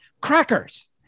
crackers